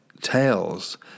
tales